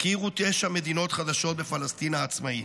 הכירו תשע מדינות חדשות בפלסטין העצמאית.